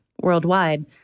worldwide